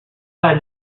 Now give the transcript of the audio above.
pas